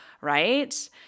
right